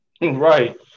right